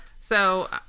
So-